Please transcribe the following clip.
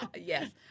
yes